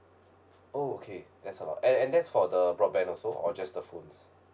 oh okay that's a lot and and that's for the broadband also or just the phones